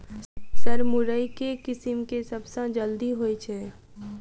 Sir मुरई केँ किसिम केँ सबसँ जल्दी होइ छै?